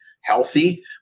healthy